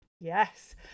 Yes